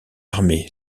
armée